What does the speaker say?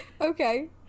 okay